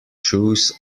shoes